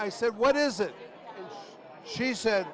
i said what is it she said